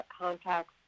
contacts